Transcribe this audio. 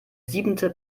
siebente